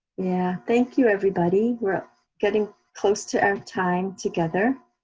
yeah, thank you everybody. we're getting close to our time together.